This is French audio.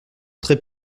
très